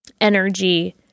energy